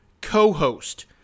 co-host